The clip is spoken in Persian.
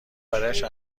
برایش